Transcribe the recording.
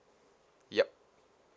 yup